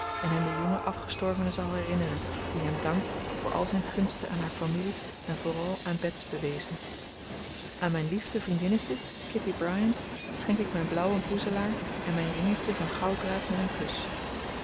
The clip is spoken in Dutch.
en hem de jonge afgestorvene zal herinneren die hem dankt voor al zijn gunsten aan haar familie en vooral aan bets bewezen aan mijn liefste vriendinnetje kitty bryant schenk ik mijn blauwen boezelaar en mijn ringetje van gouddraad met een kus